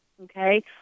Okay